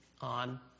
on